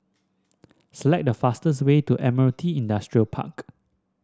select the fastest way to Admiralty Industrial Park